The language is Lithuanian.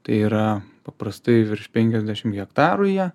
tai yra paprastai virš penkiasdešimt hektarų jie